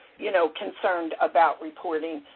you know, concerned about reporting.